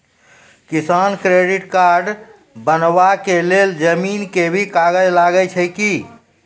किसान credit card बनबा के लेल जमीन के भी कागज लागै छै कि?